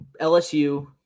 LSU